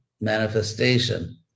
manifestation